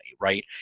right